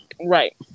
Right